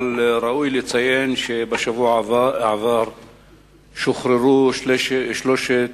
אבל ראוי לציין שבשבוע שעבר שוחררו שלושת